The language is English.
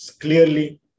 clearly